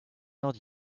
not